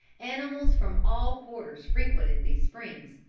animals from all quarters frequented these springs,